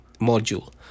module